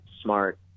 smart